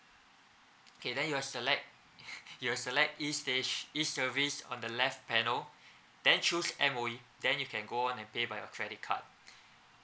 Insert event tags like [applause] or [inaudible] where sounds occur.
okay then you'll select [breath] you'll select e sta~ e service on the left panel then choose M_O_E then you can go on and pay by your credit card